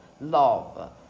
love